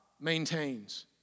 maintains